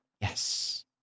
Yes